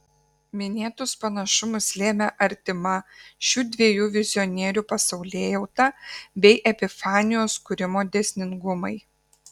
minėtus panašumus lėmė artima šių dviejų vizionierių pasaulėjauta bei epifanijos kūrimo dėsningumai